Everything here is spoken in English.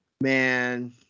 man